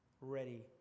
ready